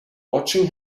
watching